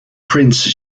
prince